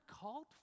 called